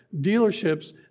dealerships